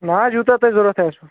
نہ حَظ یوٗتاہ تۄہہِ ضرورت آسوٕ